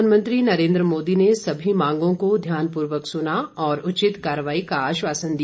प्रधानमंत्री नरेन्द्र मोदी ने सभी मांगों को ध्यानपूर्वक सुना और उचित कार्रवाई का आश्वासन दिया